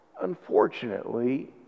Unfortunately